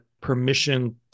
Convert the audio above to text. permission